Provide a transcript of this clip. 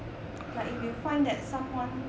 but if you find that someone